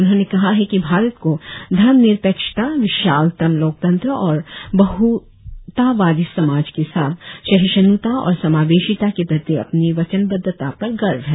उन्होंने कहा है कि भारत को धर्मनिरपेक्षता विशालतम लोकतंत्र और बहुलतावादी समाज के साथ सहिष्णुता और समावेशिता के प्रति अपनी वचनबद्धता पर गर्व है